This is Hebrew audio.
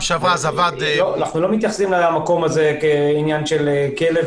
אנחנו לא מתייחסים למקום הזה כאל כלא,